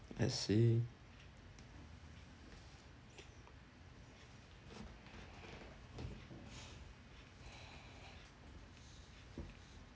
I see